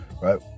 right